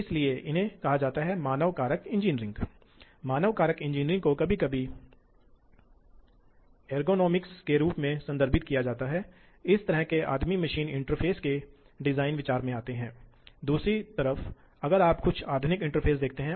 इसलिए किसी को यह जांचना होगा कि मशीन को खरीदने से पहले किस तरह की प्रोग्रामिंग सुविधाएं मौजूद हैं